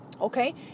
okay